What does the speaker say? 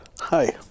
Hi